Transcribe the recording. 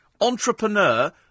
Entrepreneur